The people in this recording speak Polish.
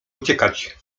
uciekać